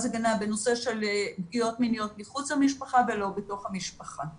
הגנה בנושא של פגיעות מיניות מחוץ למשפחה ולא בתוך המשפחה.